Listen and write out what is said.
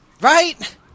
Right